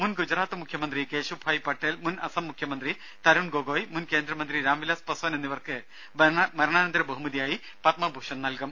മുൻ ഗുജറാത്ത് മുഖ്യമന്ത്രി കേശുഭായ് പട്ടേൽ മുൻ അസം മുഖ്യമന്ത്രി തരുൺ ഗൊഗോയ് മുൻ കേന്ദ്രമന്ത്രി രാംവിലാസ് പസ്വാൻ എന്നിവർക്ക് മരണാനന്തര ബഹുമതിയായി പത്മഭൂഷൺ ലഭിച്ചു